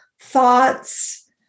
thoughts